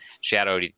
shadow